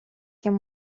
кем